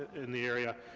in the area,